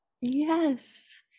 Yes